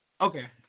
Okay